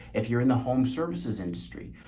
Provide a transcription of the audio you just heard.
if you're in the home services industry,